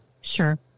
Sure